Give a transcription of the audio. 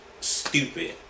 Stupid